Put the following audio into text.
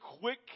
quick